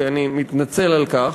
ואני מתנצל על כך,